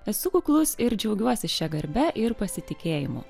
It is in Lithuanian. esu kuklus ir džiaugiuosi šia garbe ir pasitikėjimu